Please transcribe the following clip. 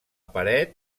paret